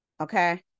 okay